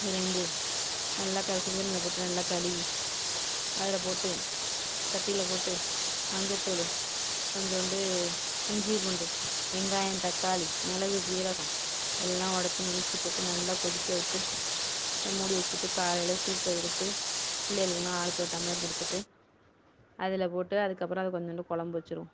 அதிலேந்து நல்லா சுடுதண்ணியில் போட்டு நல்லா கழுவி அதில் போட்டு சட்டியில் போட்டு மஞ்சள் தூள் கொஞ்சோண்டு இஞ்சி பூண்டு வெங்காயம் தக்காளி மிளகு சீரகம் எல்லாம் உடைச்சி நுணுக்கி போட்டு நல்லா கொதிக்க விட்டு மூடி வச்சுட்டு காலையில் சூப்பை இறுத்து பிள்ளைகளுக்குலாம் ஆளுக்கு ஒரு டம்ளர் கொடுத்துட்டு அதில் போட்டு அதுக்கப்புறம் அதில் கொஞ்சோண்டு குழம்பு வச்சுருவோம்